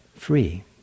free